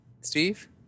Steve